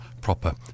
proper